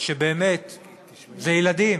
שבאמת הם ילדים,